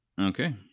Okay